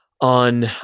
on